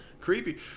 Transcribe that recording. Creepy